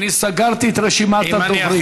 אני סגרתי את רשימת הדוברים.